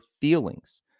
feelings